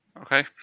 Okay